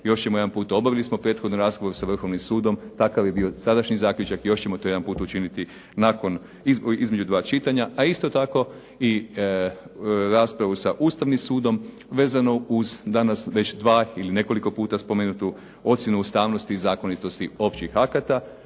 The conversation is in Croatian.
Još ćemo jedan puta obavili smo prethodni razgovor sa Vrhovnim sudom. Takav je bio sadašnji zaključak, još ćemo to jedan put učiniti nakon, između dva čitanja. A isto tako i raspravu sa ustavnim sudom, vezano uz danas već dva ili nekoliko puta spomenutu ocjenu ustavnosti i zakonitosti općih akata.